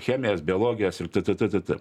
chemijos biologijos ir t t t t t